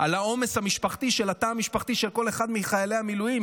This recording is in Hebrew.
על העומס המשפחתי של התא המשפחתי של כל אחד מחיילי המילואים,